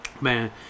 man